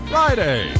Friday